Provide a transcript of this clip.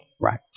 Right